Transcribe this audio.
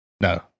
No